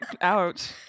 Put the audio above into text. Ouch